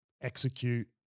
execute